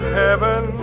heaven